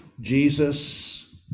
Jesus